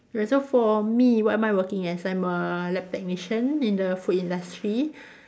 and so for me what am I working as I'm a lab technician in the food industry